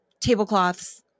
tablecloths